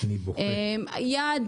יד